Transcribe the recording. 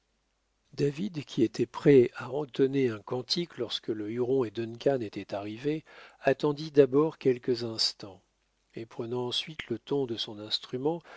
david qui était prêt à entonner un cantique lorsque le huron et duncan étaient arrivés attendit d'abord quelques instants et prenant ensuite le ton de son instrument